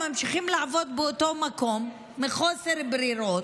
ממשיכים לעבוד באותו מקום מחוסר ברירה,